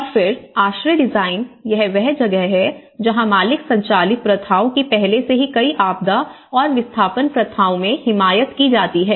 और फिर आश्रय डिजाइन यह वह जगह है जहां मालिक संचालित प्रथाओं की पहले से ही कई आपदा और विस्थापन प्रथाओं में हिमायत की जाती है